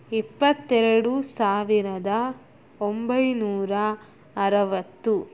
ಇಪ್ಪತ್ತೆರಡು ಸಾವಿರದ ಒಂಬೈನೂರ ಅರವತ್ತು